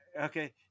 Okay